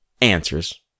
answers